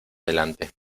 delante